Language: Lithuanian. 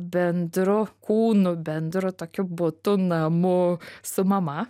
bendru kūnu bendru tokiu butu namu su mama